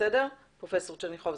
בסדר פרופ' צרנחובסקי?